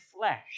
flesh